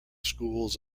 schools